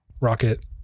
rocket